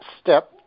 step